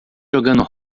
jogando